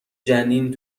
جنین